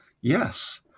Yes